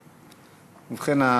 ובכן,